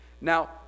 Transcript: Now